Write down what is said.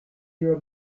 your